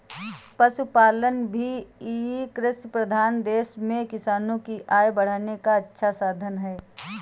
पशुपालन भी कृषिप्रधान देश में किसानों की आय बढ़ाने का अच्छा साधन है